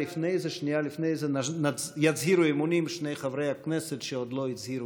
שאפילו עוד לא ניתנו, החלטות עתידיות.